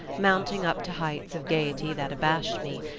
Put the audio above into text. mounting up to heights of gaiety that abashed me,